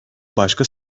başka